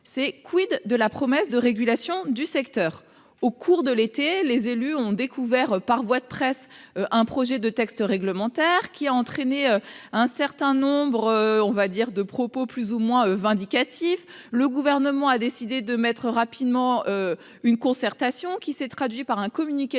c'est, quid de la promesse de régulation du secteur au cours de l'été, les élus ont découvert par voie de presse. Un projet de texte réglementaire qui a entraîné un certain nombre, on va dire de propos plus ou moins vindicatif, le gouvernement a décidé de mettre rapidement. Une concertation qui s'est traduit par un communiqué